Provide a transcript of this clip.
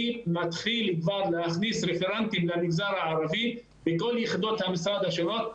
אני מתחיל להכניס רפרנטים למגזר הערבי בכל יחידות המשרד השונות.